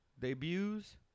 Debuts